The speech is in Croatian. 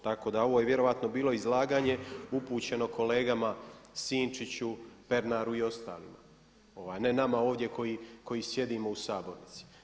Tako da ovo je vjerojatno bilo izlaganje upućeno kolegama Sinčiću, Pernaru i ostalima a ne nama ovdje koji sjedimo u sabornici.